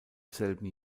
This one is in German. selben